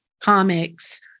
comics